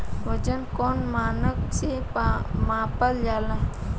वजन कौन मानक से मापल जाला?